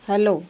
hello